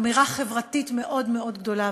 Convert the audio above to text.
אמירה חברתית מאוד מאוד גדולה,